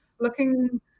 looking